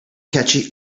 catchy